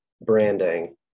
branding